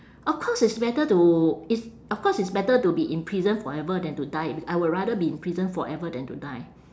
of course it's better to it's of course it's better to be in prison forever than to die b~ I would rather be in prison forever than to die